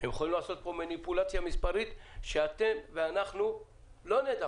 הם יכולים לעשות כאן מניפולציה מספרית שאתם ואנחנו לא נדע